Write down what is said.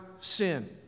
sin